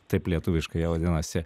taip lietuviškai jie vadinasi